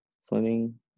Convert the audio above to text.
swimming